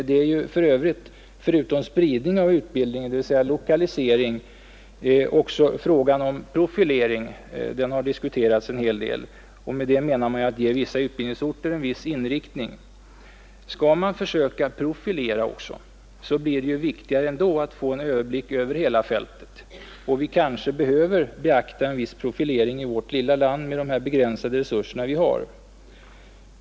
Det har ju för övrigt, förutom spridning av utbildningen — dvs. lokalisering —, också diskuterats en hel del om profilering. Med det menar man att ge vissa utbildningsorter en viss inriktning. Skall vi försöka profilera också, så blir det än viktigare att få en överblick över hela fältet. Och vi kanske behöver beakta en viss profilering i vårt lilla land med de begränsade resurser vi har.